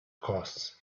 costs